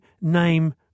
name